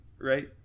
right